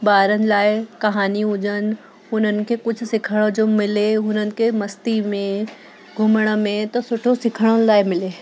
ॿारनि लाइ कहानियूं हुजनि हुननि खे कुझु सिखण जो मिले हुननि खे मस्ती में घुमण में त सुठो सिखण लाइ मिले